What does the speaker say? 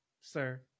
Sir